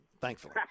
Thankfully